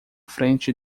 frente